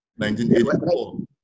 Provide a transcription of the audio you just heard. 1984